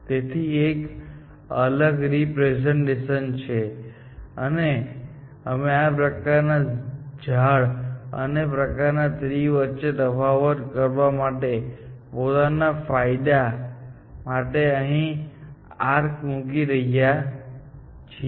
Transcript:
તેથી તે એક અલગ રિપ્રેસેંટેશન છે અને અમે આ પ્રકારના ઝાડ અને તે પ્રકારના ટ્રી વચ્ચે તફાવત કરવા માટે પોતાના ફાયદા માટે અહીં આર્ક મૂકીએ છીએ